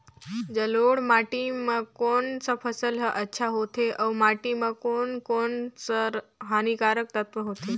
जलोढ़ माटी मां कोन सा फसल ह अच्छा होथे अउर माटी म कोन कोन स हानिकारक तत्व होथे?